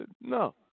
No